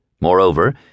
Moreover